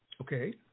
Okay